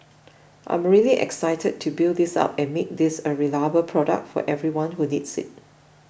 I'm really excited to build this up and make this a reliable product for everyone who needs it